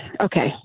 Okay